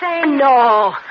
No